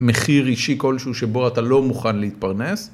מחיר אישי כלשהו שבו אתה לא מוכן להתפרנס.